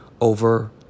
over